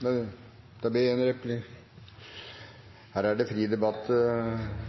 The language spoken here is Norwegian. Nå har Jette Christensen allerede tatt dette. Statsråden kunne jo kanskje ha sagt at jeg føler at denne høringen egentlig ikke er